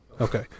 Okay